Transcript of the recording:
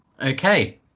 Okay